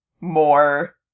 more